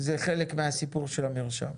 -- זה חלק מהסיפור של המרשם.